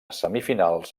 semifinals